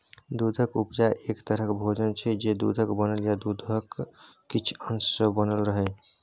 दुधक उपजा एक तरहक भोजन छै जे दुधक बनल या दुधक किछ अश सँ बनल रहय छै